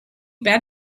bet